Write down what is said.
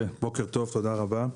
בוקר טוב, תודה רבה.